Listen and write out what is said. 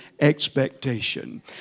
expectation